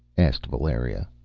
asked valeria.